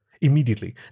Immediately